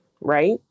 right